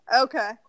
Okay